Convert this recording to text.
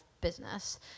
business